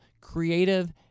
creative